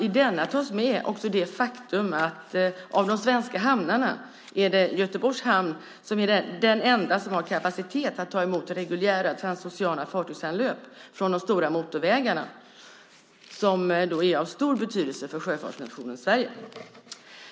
I denna tas med också det faktum att Göteborgs hamn är den enda av de svenska hamnarna som har kapacitet att ta emot reguljära transoceana fartygsanlöp från de stora motorvägarna, som är av stor betydelse för sjöfartsnationen Sverige.